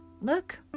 Look